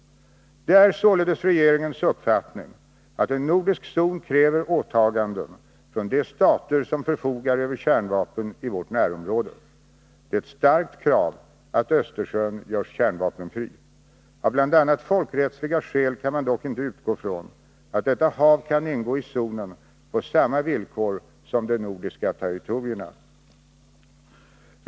Det är således regeringens uppfattning att en nordisk zon kräver åtaganden från de stater som förfogar över kärnvapen i vårt närområde. Det är ett starkt krav att Östersjön görs kärnvapenfri. Av bl.a. folkrättsliga skäl kan man dock inte utgå från att detta hav kan ingå i zonen på samma villkor som de nordiska territorierna.